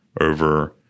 over